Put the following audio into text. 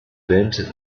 band